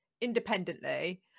independently